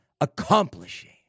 accomplishing